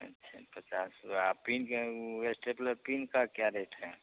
अच्छा पचास हुआ और पिन का वह एस्टेप्लर पिन का क्या रेट है